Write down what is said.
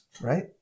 right